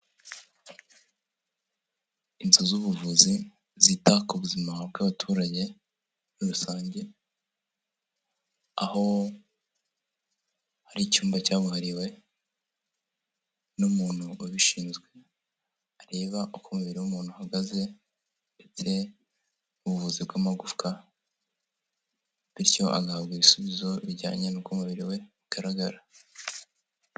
Inzu z'ubuvuzi zita ku buzima bw'abaturage muri rusange, aho hari icyumba cyabuhariwe n'umuntu ubishinzwe, areba uko umubiri w'umuntu uhagaze ndetse ubuvuzi bw'amagufwa, bityo agahabwa ibisubizo bijyanye n'uko umubiri we bigaragara.